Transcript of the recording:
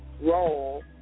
role